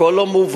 הכול לא מובן,